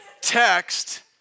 Text